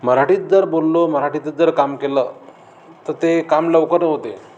मराठीत जर बोललो मराठीतच जर काम केलं तर ते काम लवकर होते